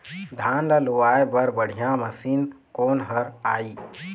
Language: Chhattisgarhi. धान ला लुआय बर बढ़िया मशीन कोन हर आइ?